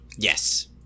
Yes